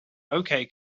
okay